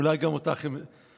אולי גם אותך הם יעניינו.